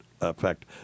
effect